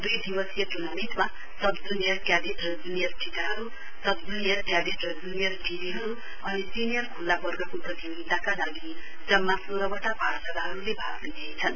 द्ई दिवसीय ट्र्नामेन्टमा सबजुनियर क्याडेट र जुनियर ठिठाहरू सब जुनियर क्याडेट र ज्नियर ठिटीहरू अनि सिनियर ख्ल्ला वर्गको प्रतियोगिताका लागि जम्मा सोह्रवटा पाठशालाहरूले भाग लिइरहेछन्